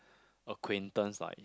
acquaintance like